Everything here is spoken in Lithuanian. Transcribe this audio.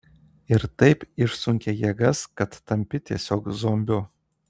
ir taip išsunkia jėgas kad tampi tiesiog zombiu